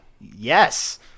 Yes